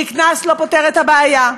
כי קנס לא פותר את הבעיה,